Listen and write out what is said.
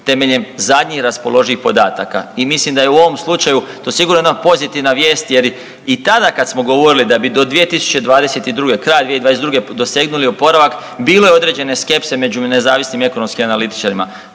temeljem zadnjih raspoloživih podataka i mislim da je u ovom slučaju to sigurno jedna pozitivna vijest jer i tada, kad smo govorili da bi do 2022., kraja 2022. dosegnuli oporavak, bilo je određene skepse među nezavisnim i ekonomskim analitičarima.